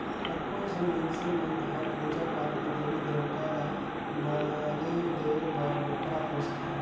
कतको झिन मइनसे मन हर पूजा पाठ में देवी देवता ल बली देय बर बोकरा पोसथे